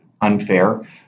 unfair